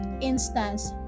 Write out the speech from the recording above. instance